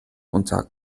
unter